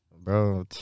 Bro